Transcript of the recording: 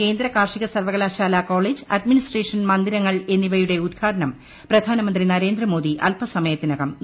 കേന്ദ്ര കാർഷിക സർവകലാശാല കോളേജ് അഡ്മിനി സ്ട്രേഷൻ മന്ദിരങ്ങൾ എന്നിവയുടെ ഉദ്ഘാടനം പ്രധാനമന്ത്രി നരേന്ദ്രമോദി അല്പസമയത്തിനകം നിർവ്വഹിക്കും